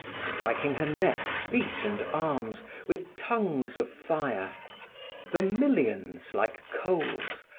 striking her neck, feet and arms with tongues of fire vermilions like coals,